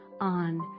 on